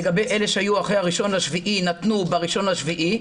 לגבי אלה שהיו אחרי ה-1 ביולי נתנו ב-1 ביולי,